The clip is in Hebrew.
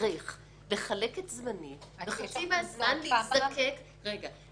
אצטרך לחלק את זמני ובחצי מהזמן אני אזדקק ------ רגע,